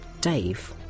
Dave